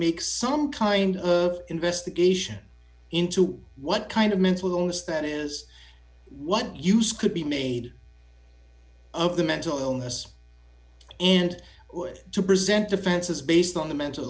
make some kind of investigation into what kind of mental illness that is what use could be made of the mental illness and to present defenses based on the mental